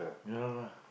don't know lah